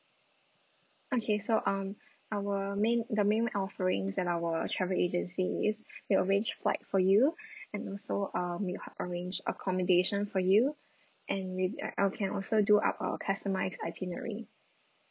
okay so um our main the main offerings at our travel agency is we arrange flight for you and also um we arrange accommodation for you and with uh I'll can also do a our customised itinerary